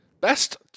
Best